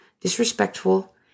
disrespectful